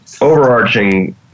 overarching